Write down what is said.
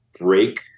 break